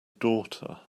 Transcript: daughter